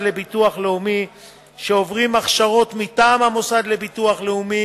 לביטוח לאומי שעוברים הכשרות מטעם המוסד לביטוח לאומי